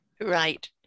Right